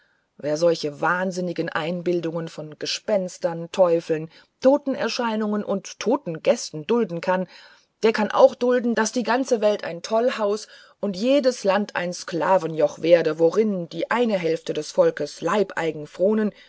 wer solche wahnsinnige einbildungen von gespenstern teufeln totenerscheinungen und toten gästen dulden kann der kann auch dulden daß die ganze welt ein tollhaus und jedes land ein sklavenjoch werde worin die eine hälfte des volks leibeigen fronen